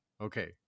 okay